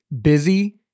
busy